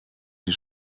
die